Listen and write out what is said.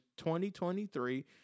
2023